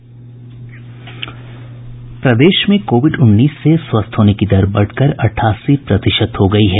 प्रदेश में कोविड उन्नीस से स्वस्थ होने की दर बढ़कर अठासी प्रतिशत हो गयी है